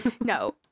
No